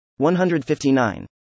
159